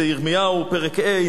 זה בירמיהו פרק ה'.